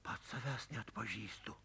pats savęs neatpažįstu